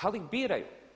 ali ih biraju.